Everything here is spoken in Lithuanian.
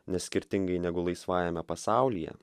nes skirtingai negu laisvajame pasaulyje